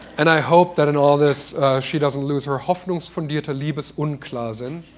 and i hope that in all this she doesn't lose her hoffnungsfundierter liebesunklarsinn.